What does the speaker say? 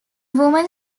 woman